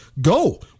go